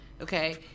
okay